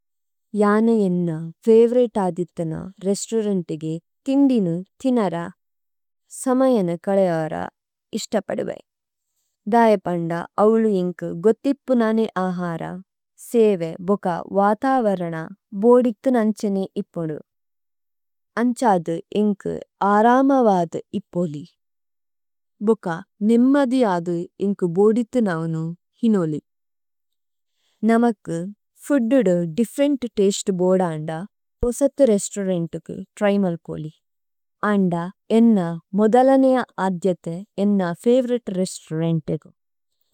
യാനു ഏന്ന ഫേവേരേത് അദിത്ഥന രേസ്തുരന്തഗേ ഥിന്ദിനു ഥിനര। സമയന കലയര ഇശ്തപദുവേ। ദയപന്ദ അവുലു ഏന്കു ഗോഥിപ്പുനനേ അഹര। സേവേ ബുക വതവരന ബോദിത്ഥിനന്ഛിനേ ഇപോലു। അന്ഛാദു ഏന്കു ആരമവദു ഇപോലി। ഭുക നേമ്മദി അദു ഏന്കു ബോദിത്ഥിനനോ ഹിനോലി। നമക്കു ഫൂദു ദു ദിഫ്ഫേരേന്ത് തസ്തേ ബോദ അന്ദ പോസഥു രേസ്തുരന്തകു ത്ര്യ്മല് പോലി। അന്ദ ഏന്ന മോദലനേയ അദ്ജഥു ഏന്ന ഫേവേരേത് രേസ്തുരന്തകു।